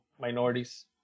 minorities